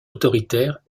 autoritaire